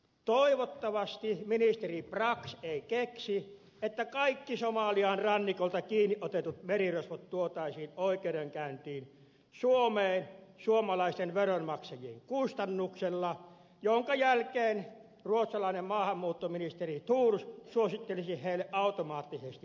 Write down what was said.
toivottavasti ministeri brax ei keksi että kaikki somalian rannikolta kiinni otetut merirosvot tuotaisiin oikeudenkäyntiin suomeen suomalaisten veronmaksajien kustannuksella minkä jälkeen ruotsalainen maahanmuuttoministeri thors suosittelisi heille automaattisesti turvapaikkaa